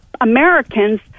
Americans